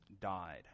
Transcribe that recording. died